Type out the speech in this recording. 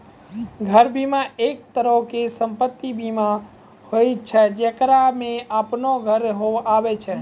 घर बीमा, एक तरहो के सम्पति बीमा होय छै जेकरा मे अपनो घर आबै छै